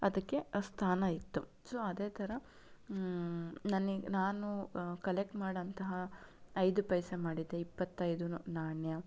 ಅದಕ್ಕೆ ಆ ಸ್ಥಾನ ಇತ್ತು ಸೊ ಅದೇ ಥರ ನನಗೆ ನಾನು ಕಲೆಕ್ಟ್ ಮಾಡೋಂತಹ ಐದು ಪೈಸೆ ಮಾಡಿದ್ದೆ ಇಪ್ಪತ್ತೈದು ನಾಣ್ಯ